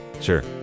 Sure